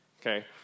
okay